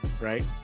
right